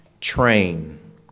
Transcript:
train